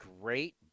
great